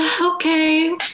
Okay